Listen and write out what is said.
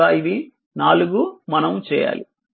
కనుక ఇవి నాలుగు మనము చేయాలి